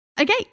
Okay